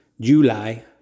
July